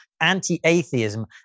anti-atheism